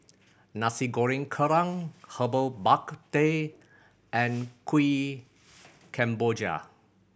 Nasi Goreng Kerang Herbal Bak Ku Teh and Kuih Kemboja